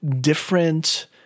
different